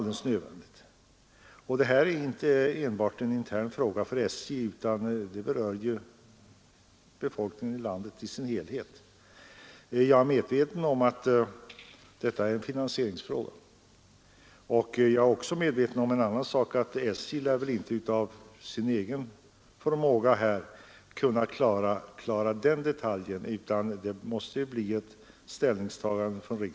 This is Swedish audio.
Det är inte enbart en intern fråga för SJ, utan något som berör befolkningen i hela landet. Jag är medveten om att detta är en finansieringsfråga, och jag är också medveten om en annan sak, nämligen att SJ väl inte av sin egen förmåga lär kunna klara den detaljen. Det måste bli ett ställningstagande av riksdagen.